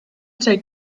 take